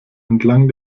entlang